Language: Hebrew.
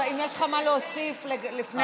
אם יש לך מה להוסיף לפני ההצבעה.